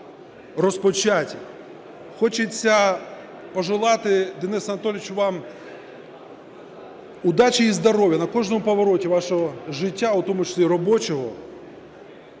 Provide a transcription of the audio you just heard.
Хочеться побажати, Денисе Анатолійовичу, вам удачі і здоров'я на кожному повороті вашого життя, у тому числі робочого,